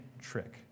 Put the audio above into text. trick